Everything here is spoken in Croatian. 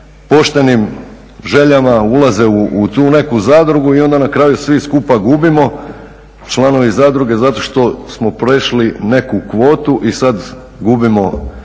poštenim željama ulaze u tu neku zadrugu i onda na kraju svi skupa gubimo, članovi zadruge zato što smo prešli neku kvotu i sad gubimo status